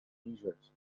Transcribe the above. measures